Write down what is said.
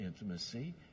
intimacy